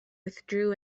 withdrew